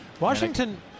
Washington